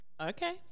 Okay